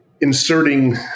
inserting